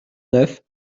neuf